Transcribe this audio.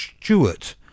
Stewart